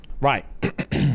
Right